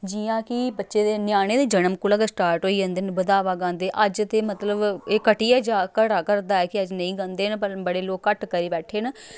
जि'यां कि बच्चे दे न्याने दे जन्म कोला गै स्टार्ट होई जन्दे न बधावा गांदे न अज्ज ते मतलब एह् घटी गै जा घटा करदा ऐ कि अज्ज नेईं गांदे न पर बड़े लोक घट करी बैठे न